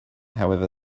however